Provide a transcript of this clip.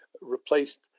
replaced